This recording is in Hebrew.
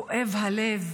כואב הלב